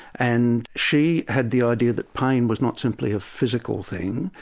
and she had the idea that pain was not simply a physical thing,